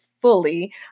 fully